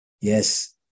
Yes